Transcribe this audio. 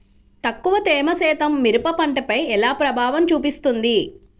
తక్కువ తేమ శాతం మిరప పంటపై ఎలా ప్రభావం చూపిస్తుంది?